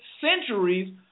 centuries